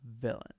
villain